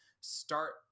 start